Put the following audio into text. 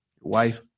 wife